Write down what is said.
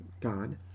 God